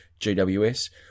GWS